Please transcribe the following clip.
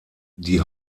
die